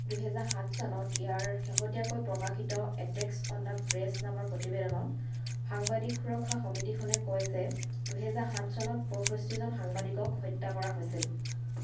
দুহেজাৰ সাত চনত ইয়াৰ শেহতীয়াকৈ প্ৰকাশিত এটেক্ছ অন দা প্ৰেছ নামৰ প্ৰতিবেদনত সাংবাদিক সুৰক্ষা সমিতিখনে কয় যে দুহেজাৰ সাত চনত পয়ষষ্ঠিজন সাংবাদিকক হত্যা কৰা হৈছিল